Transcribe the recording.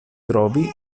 trovi